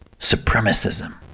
supremacism